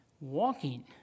Walking